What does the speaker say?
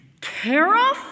Carol